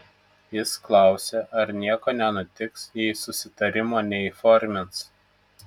jis klausė ar nieko nenutiks jei susitarimo neįformins